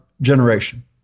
generation